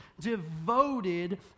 devoted